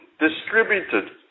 distributed